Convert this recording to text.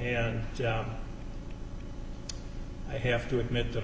and i have to admit that